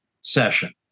session